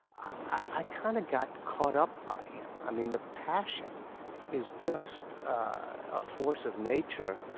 i kind of got caught up by him. i mean, the passion is just a force of nature.